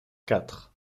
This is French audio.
quatre